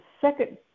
Second